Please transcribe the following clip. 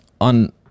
on